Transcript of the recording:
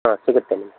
ಹಾಂ ಸಿಗತ್ತೆ ನಿಮ್ಗೆ